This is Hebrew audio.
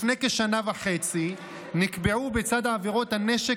לפני כשנה וחצי נקבעו בצד עבירות הנשק